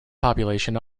population